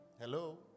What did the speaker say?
Hello